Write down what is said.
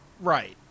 Right